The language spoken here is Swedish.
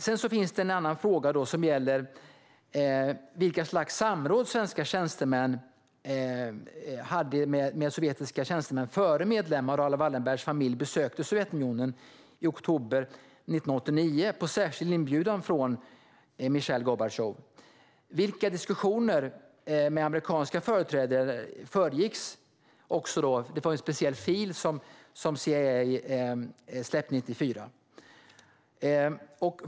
Det finns också en annan fråga som gäller vilka slags samråd svenska tjänstemän hade med sovjetiska tjänstemän innan medlemmar av Raoul Wallenbergs familj besökte Sovjetunionen i oktober 1989 på särskild inbjudan av Michail Gorbatjov. Vilka diskussioner med amerikanska företrädare föregick detta? Det var ju en speciell dossier som CIA släppte 1994.